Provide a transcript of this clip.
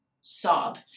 sob